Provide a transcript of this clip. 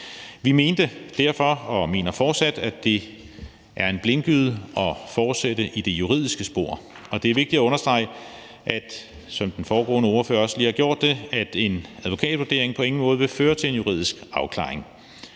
Vi mente derfor og mener fortsat, at det er en blindgyde at fortsætte i det juridiske spor, og det er vigtigt at understrege, som den foregående ordfører også lige har gjort det, at en advokatvurdering på ingen måde vil føre til en juridisk afklaring.